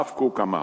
הרב קוק אמר: